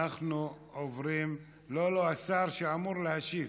אנחנו עוברים, לא, לא, השר שאמור להשיב,